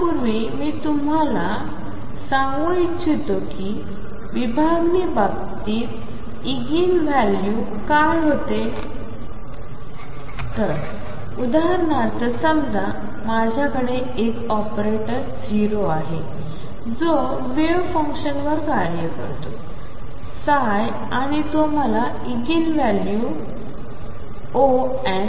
त्यापूर्वी मी फक्त तुम्हाला सांगू इच्छितो की विभागणी बाबतीत इगेन व्हॅल्यू काय होते तर उदाहरणार्थ समजा माझ्याकडे एक ऑपरेटर O आहे जो वेव्ह फंक्शनवर कार्य करतो आणि तो मला ईगीन मूल्य Onn